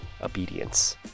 obedience